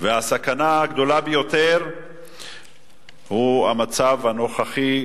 והסכנה הגדולה ביותר היא המצב הנוכחי,